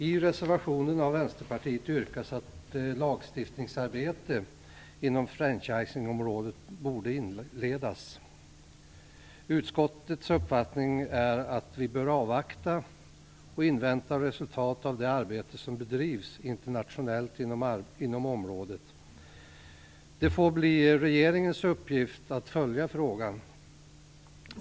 I reservationen från Vänsterpartiet yrkas att lagstiftningsarbete inom franchisingområdet borde inledas. Utskottets uppfattning är att vi bör avvakta och invänta resultat av det arbete som bedrivs internationellt inom området. Det får bli regeringens uppgift att följa frågan.